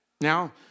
now